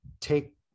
take